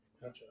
Gotcha